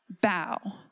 bow